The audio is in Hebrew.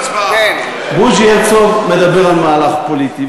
בוז'י הרצוג מדבר על מהלך פוליטי,